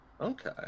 Okay